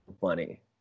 funny